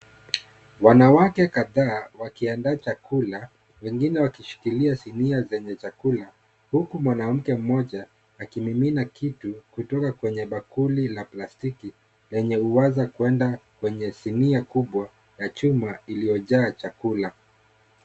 Wanawake kadhaa wakiandaa chakula wengine wakishikilia sinia zenye chakula huku mwanamke mmoja akimimina kitu kutoka kwenye bakuli la plasitiki lenye uwaza kwenda kwenye sinia kubwa ya chuma iliyojaa chakula.